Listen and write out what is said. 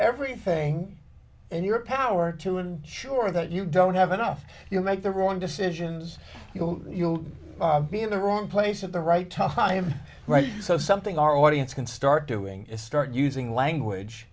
everything in your power to ensure that you don't have enough you'll make the wrong decisions you know you'll be in the wrong place at the right tough time right so something our audience can start doing is start using language